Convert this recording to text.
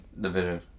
Division